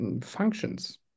functions